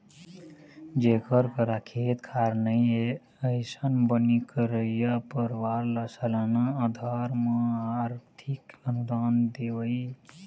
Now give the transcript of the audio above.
जेखर करा खेत खार नइ हे, अइसन बनी करइया परवार ल सलाना अधार म आरथिक अनुदान देवई